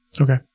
Okay